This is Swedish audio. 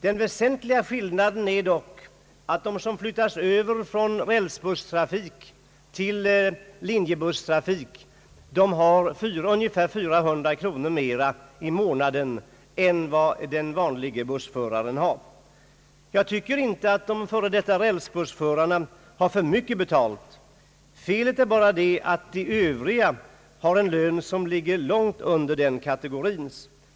Den väsentliga skillnaden är dock att de som flyttas över från rälsbusstrafik till linjebusstrafik har ungefär 400 kronor mer i månaden än den vanlige bussföraren. Jag anser inte att de före detta rälsbussförarna har för mycket betalt. Felet är att de övriga har en lön som ligger långt under den kategorins.